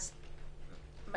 אז מה